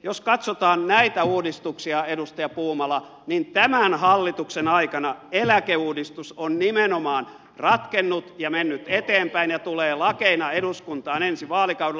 jos katsotaan näitä uudistuksia edustaja puumala niin tämän hallituksen aikana eläkeuudistus on nimenomaan ratkennut ja mennyt eteenpäin ja tulee lakeina eduskuntaan ensi vaalikaudella